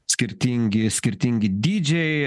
skirtingi skirtingi dydžiai